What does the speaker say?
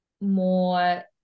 more